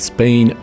Spain